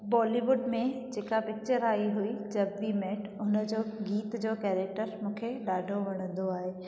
बॉलीवुड में जेका पिक्चर आई हुई जब वी मेट उन जो गीत जो कैरेक्टर मूंखे ॾाढो वणंदो आहे